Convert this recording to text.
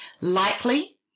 Likely